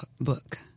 book